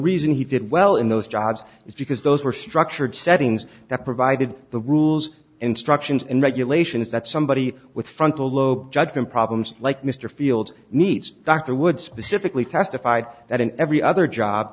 reason he did well in those jobs is because those were structured settings that provided the rules instructions and regulations that somebody with frontal lobe judgment problems like mr fields needs doctor would specifically testified that in every other job